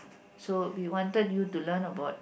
so we wanted you to learn about